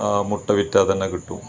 ആ മുട്ട വിറ്റാൽ തന്നെ കിട്ടും